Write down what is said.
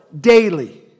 daily